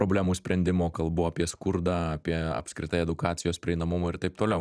problemų sprendimo kalbu apie skurdą apie apskritai edukacijos prieinamumą ir taip toliau